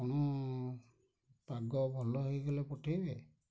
ଆପଣ ପାଗ ଭଲ ହେଇଗଲେ ପଠେଇବେ